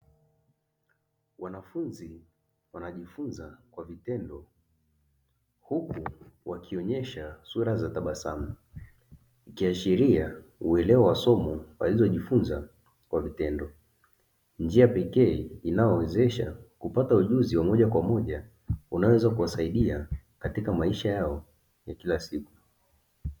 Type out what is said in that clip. Wanafunzi wanajifunza kwa vitendo huku wakionyesha sura za tabasamu, ikiashiria uelewa wa somo walilojifunza kwa vitendo, njia pekee inayowezesha kupata ujuzi wa moja kwa moja unaoweza kuwasaidia katika maisha yao ya kila siku.